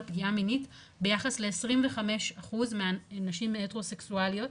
פגיעה מינית ביחס ל-25 אחוז מהנשים הטרוסקסואליות,